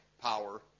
power